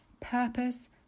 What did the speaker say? Purpose